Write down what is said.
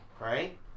right